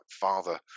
father